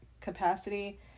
capacity